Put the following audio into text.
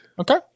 Okay